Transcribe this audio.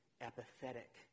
apathetic